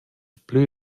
plü